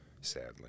sadly